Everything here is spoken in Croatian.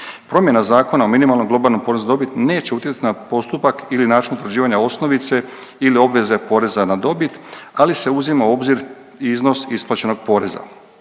Promjena Zakona o minimalnom globalnom porezu na dobit neće utjecati na postupak ili način utvrđivanja osnovice ili obveza poreza na dobit, ali se uzima u obzir iznos isplaćenog poreza.